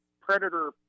predator